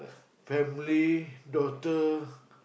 family daughter